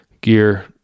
gear